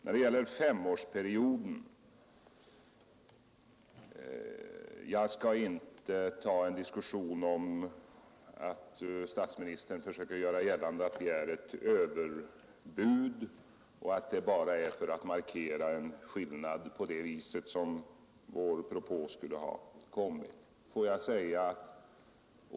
Vad gäller femårsperioden skall jag inte ta en diskussion med statsministern, när han försöker göra gällande att vår propå är ett överbud som lagts bara för att markera en skillnad i det avseendet.